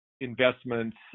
investments